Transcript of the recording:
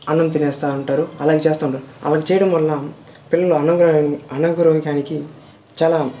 అన్నం తినేస్తా ఉంటారు అలాగ చేస్తూ ఉంటా అలాగ చేయడం వల్ల పిల్లలు అన్నం చాలా